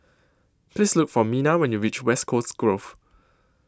Please Look For Minna when YOU REACH West Coast Grove